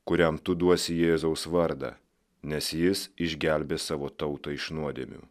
kuriam tu duosi jėzaus vardą nes jis išgelbės savo tautą iš nuodėmių